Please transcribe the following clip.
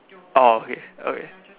orh okay okay